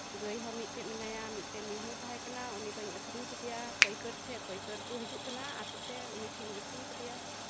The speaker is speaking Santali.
ᱜᱟᱹᱭ ᱦᱚᱸ ᱢᱤᱫᱴᱮᱡ ᱢᱮᱱᱟᱭᱟ ᱢᱤᱫᱴᱮᱡ ᱢᱤᱭᱦᱩᱭ ᱛᱟᱦᱮᱸ ᱠᱟᱱᱟ ᱩᱱᱤᱫᱩᱧ ᱟᱹᱠᱷᱨᱤᱧ ᱠᱮᱫᱮᱭᱟ ᱯᱟᱹᱭᱠᱟᱹᱨ ᱴᱷᱮᱡ ᱯᱟᱹᱭᱠᱟᱹᱨ ᱠᱚ ᱦᱤᱡᱩᱜ ᱠᱟᱱᱟ ᱟᱹᱛᱩ ᱛᱮ ᱩᱱᱤ ᱴᱷᱮᱡ ᱟᱹᱠᱷᱨᱤᱧ ᱠᱮᱫᱮᱭᱟ